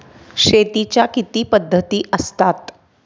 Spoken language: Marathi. शेतीच्या किती पद्धती असतात?